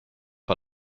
par